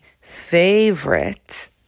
favorite